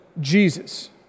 Jesus